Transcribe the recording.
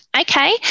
Okay